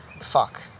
fuck